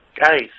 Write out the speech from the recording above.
Guys